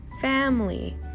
family